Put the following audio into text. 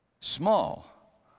Small